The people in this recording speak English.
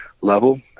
level